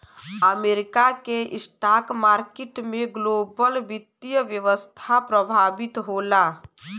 America के stock market से global वित्तीय व्यवस्था प्रभावित होला